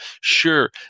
Sure